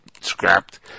scrapped